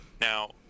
Now